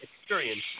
experience